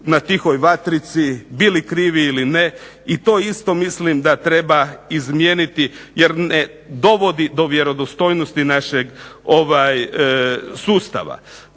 na tihoj vatrici, bili krivi ili ne i to isto mislim da treba izmijeniti jer ne dovodi do vjerodostojnosti našeg sustava.